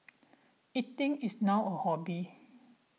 eating is now a hobby